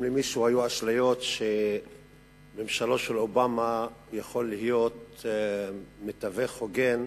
אם למישהו היו אשליות שממשלו של אובמה יכול להיות מתווך הוגן,